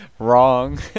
Wrong